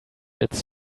its